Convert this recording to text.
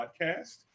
Podcast